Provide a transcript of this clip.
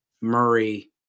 Murray